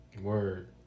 Word